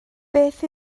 beth